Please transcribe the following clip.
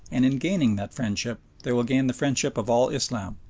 and in gaining that friendship they will gain the friendship of all islam,